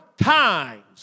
times